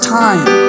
time